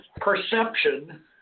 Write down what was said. Perception